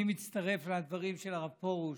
אני מצטרף לדברים של הרב פרוש,